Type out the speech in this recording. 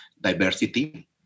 diversity